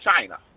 China